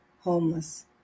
homeless